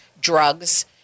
drugs